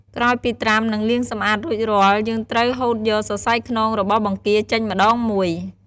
ក្រោយពីត្រាំ និងលាងសម្អាតរួចរាល់ យើងត្រូវហូតយកសរសៃខ្នងរបស់បង្គាចេញម្ដងមួយ។